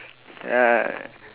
ya